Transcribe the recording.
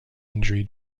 injury